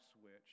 switch